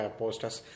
posters